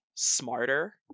smarter